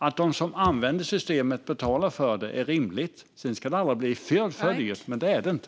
Att de som använder systemet betalar för det är rimligt. Sedan ska det aldrig bli för dyrt, men det är det inte.